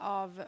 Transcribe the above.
av